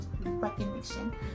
recognition